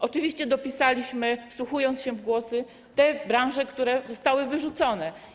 Oczywiście dopisaliśmy, wsłuchując się w głosy, te branże, które zostały wyrzucone.